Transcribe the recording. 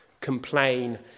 complain